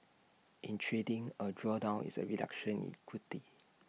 in trading A drawdown is A reduction in equity